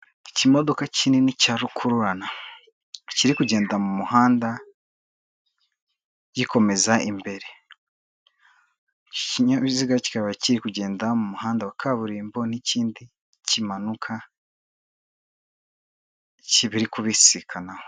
Ikimodoka kinini cya rukururana kiri kugenda mu muhanda gikomeza imbere, iki kinyabiziga kikaba kiri kugenda mu muhanda wa kaburimbo n'ikindi kimanuka biri kubisikanaho.